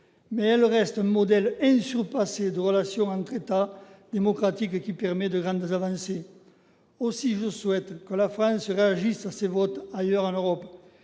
elle reste un modèle jamais surpassé de relations entre États démocratiques, qui permet de grandes avancées. Aussi, je souhaite que la France réagisse aux votes intervenus ailleurs en Europe.